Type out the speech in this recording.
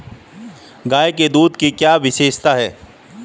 गाय के दूध की क्या विशेषता है?